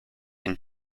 and